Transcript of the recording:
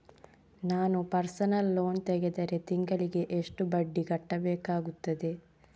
ನಾನು personal loan ತೆಗೆದರೆ ತಿಂಗಳಿಗೆ ಎಷ್ಟು ಬಡ್ಡಿ ಕಟ್ಟಬೇಕಾಗುತ್ತದೆ?